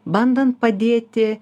bandant padėti